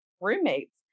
roommates